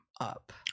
up